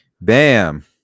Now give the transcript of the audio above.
Bam